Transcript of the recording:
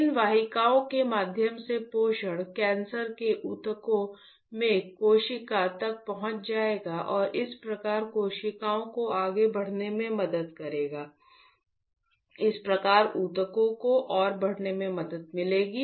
इन वाहिकाओं के माध्यम से पोषण कैंसर के ऊतकों में कोशिका तक पहुंच जाएगा और इस प्रकार कोशिकाओं को आगे बढ़ने में मदद करेगा इस प्रकार ऊतकों को और बढ़ने में मदद मिलेगी